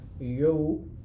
Yo